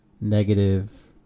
negative